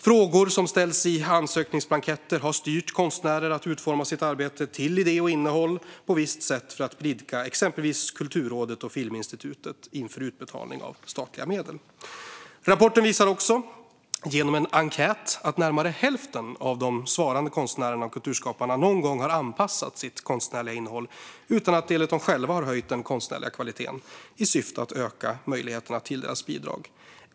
Frågor som ställs i ansökningsblanketter har styrt konstnärer att utforma sitt arbete till idé och innehåll på ett visst sätt för att blidka exempelvis Kulturrådet och Filminstitutet inför utbetalning av statliga medel. Rapporten visar också, genom en enkät, att närmare hälften av de svarande konstnärerna och kulturskaparna någon gång har anpassat sitt konstnärliga innehåll utan att det enligt dem själva har höjt den konstnärliga kvaliteten, i syfte att öka möjligheterna att få bidrag.